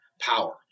power